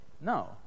No